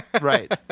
Right